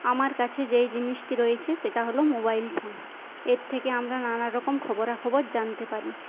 আমার কাছে যেই জিনিসটি রয়েছে সেটা হল মোবাইল ফোন এর থেকে আমরা নানারকম খবরাখবর জানতে পারি